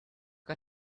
got